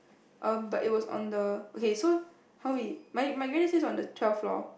um but it was on the okay so how we my my granddad stays on the twelfth floor